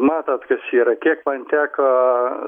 matot kas yra kiek man teko